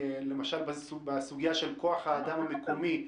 למשל בסוגיה של כוח האדם המקומי.